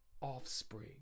offspring